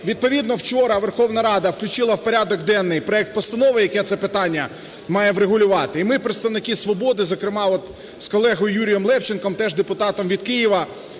відповідно вчора Верховна Рада включила в порядок денний проект постанови, який це питання має врегулювати. І ми, представники "Свободи", зокрема, з колегою Юрієм Левченком, теж депутатом від Києва